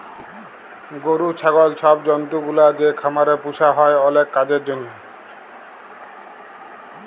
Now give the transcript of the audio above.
গরু, ছাগল ছব জল্তুগুলা যে খামারে পুসা হ্যয় অলেক কাজের জ্যনহে